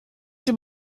dem